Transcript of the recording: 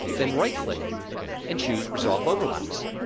then right-click and choose, resolve overlaps.